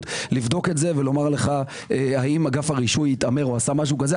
לבדוק את זה ולומר לך האם אגף הרישוי התעמר או עשה משהו כזה.